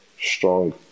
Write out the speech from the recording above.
Strong